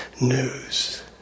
news